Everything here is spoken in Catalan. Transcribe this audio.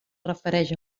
refereix